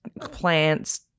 plants